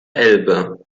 elbe